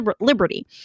liberty